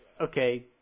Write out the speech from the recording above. Okay